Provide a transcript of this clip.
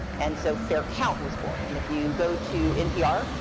and so fair count was born. and if you go to npr,